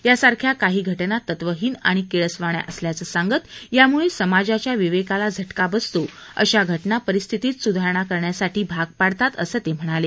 यासारख्या काही घटना तत्त्वहीन आणि किळसवाण्या असल्याचं सांगत यामुळे समाजाच्या विवेकाला झटका बसतो अशा घटना परिस्थितीत सुधारणा करण्यासाठी भाग पाडतात असं ते म्हणाले